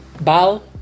Bal